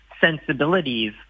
sensibilities